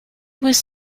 was